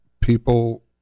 people